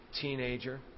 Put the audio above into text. teenager